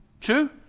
True